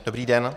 Dobrý den.